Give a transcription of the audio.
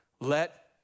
Let